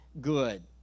good